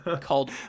called